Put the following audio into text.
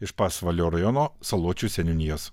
iš pasvalio rajono saločių seniūnijos